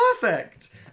Perfect